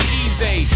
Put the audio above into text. easy